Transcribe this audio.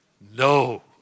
no